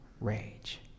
rage